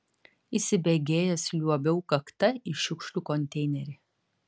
įsibėgėjęs liuobiau kakta į šiukšlių konteinerį